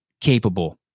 capable